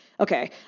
Okay